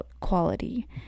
quality